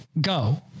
go